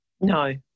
No